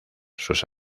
sus